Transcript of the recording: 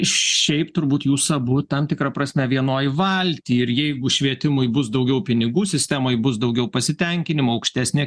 šiaip turbūt jūs abu tam tikra prasme vienoj valty ir jeigu švietimui bus daugiau pinigų sistemoj bus daugiau pasitenkinimo aukštesnė